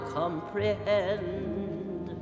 comprehend